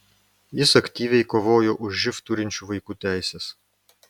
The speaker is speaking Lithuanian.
jis aktyviai kovojo už živ turinčių vaikų teises